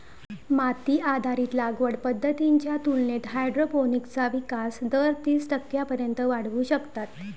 माती आधारित लागवड पद्धतींच्या तुलनेत हायड्रोपोनिक्सचा विकास दर तीस टक्क्यांपर्यंत वाढवू शकतात